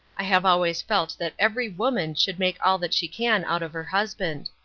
i have always felt that every woman should make all that she can out of her husband.